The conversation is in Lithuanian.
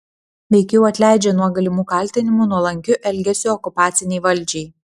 veikiau atleidžia nuo galimų kaltinimų nuolankiu elgesiu okupacinei valdžiai